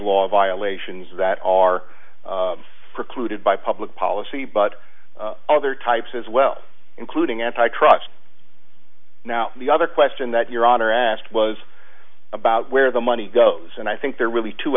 law violations that are precluded by public policy but other types as well including antitrust now the other question that your honor asked was about where the money goes and i think there are really two